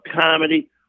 comedy